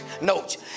notes